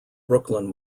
brooklyn